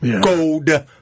gold